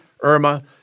Irma